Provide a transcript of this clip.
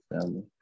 family